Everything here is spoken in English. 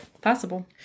possible